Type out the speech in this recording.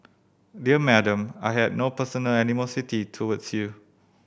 dear Madam I had no personal animosity towards you